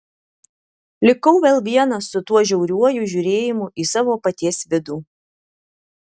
likau vėl vienas su tuo žiauriuoju žiūrėjimu į savo paties vidų